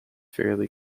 fairly